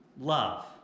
Love